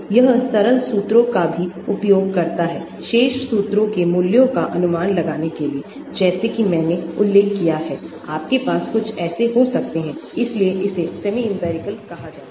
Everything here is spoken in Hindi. यह सरल सूत्रों का भी उपयोग करता है शेष सूत्रों के मूल्यों का अनुमान लगाने के लिए जैसे कि मैंने उल्लेख किया है आपके पास कुछ ऐसे हो सकते हैं इसलिए इसे सेमी इंपिरिकल कहा जाता है